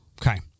Okay